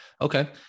Okay